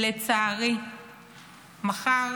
לצערי מחר